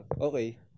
okay